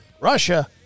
Russia